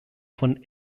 von